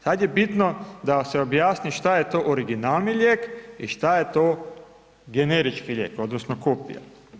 Sad je bitno da se objasni šta je to originalni lijek i šta je to generički lijek odnosno kopija.